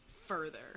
further